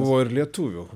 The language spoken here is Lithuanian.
buvo ir lietuvių